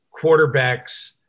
quarterbacks